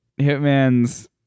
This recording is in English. Hitman's